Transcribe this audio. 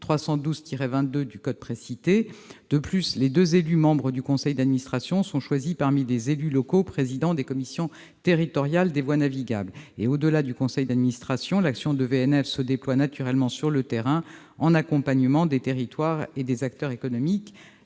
4312-22 du code précité. De plus, les deux élus membres du conseil d'administration sont choisis parmi les élus locaux présidant des commissions territoriales des voies navigables. Au-delà du conseil d'administration, l'action de VNF se déploie naturellement sur le terrain, en accompagnement des territoires et des acteurs économiques.